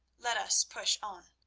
let us push on.